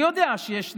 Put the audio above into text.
אני יודע שיש נוהל,